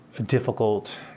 difficult